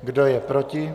Kdo je proti?